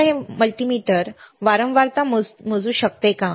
आता हे मल्टीमीटर वारंवारता मोजू शकते का